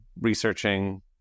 researching